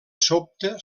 sobte